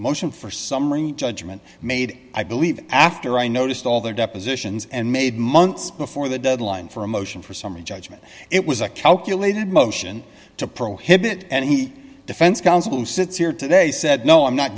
motion for summary judgment made i believe after i noticed all their depositions and made months before the deadline for a motion for summary judgment it was a calculated motion to prohibit any defense counsel who sits here today said no i'm not